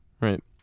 Right